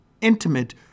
intimate